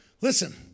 Listen